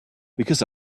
because